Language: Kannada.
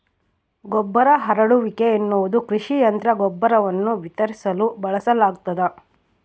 ಗೊಬ್ಬರ ಹರಡುವಿಕೆ ಎನ್ನುವುದು ಕೃಷಿ ಯಂತ್ರ ಗೊಬ್ಬರವನ್ನು ವಿತರಿಸಲು ಬಳಸಲಾಗ್ತದ